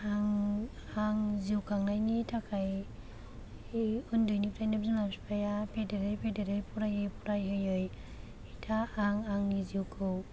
आं आं जिउ खांनायनि थाखाय उन्दैनिफ्रायनो बिमा बिफाया फेदेरै फेदेरै फरायै फरायहोयै दा आं आंनि जिउखौ